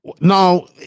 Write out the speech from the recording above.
now